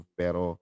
pero